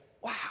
wow